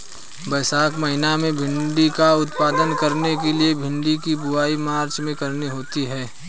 वैशाख महीना में भिण्डी का उत्पादन करने के लिए भिंडी की बुवाई मार्च में करनी होती है